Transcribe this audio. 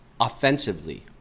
offensively